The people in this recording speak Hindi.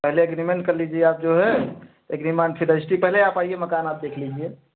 पहले एग्रीमेंट कर लीजिए आप जो है एग्रीमन से रजिस्ट्री पहले आईए मकान आप देख लीजिए